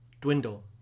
Dwindle